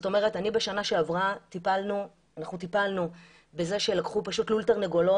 בשנה שעברה אנחנו טיפלנו בזה שלקחו פשוט לול תרנגולות,